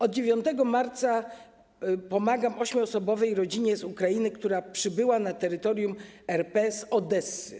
Od 9 marca pomagam ośmioosobowej rodzinie z Ukrainy, która przybyła na terytorium RP z Odessy.